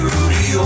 Rudy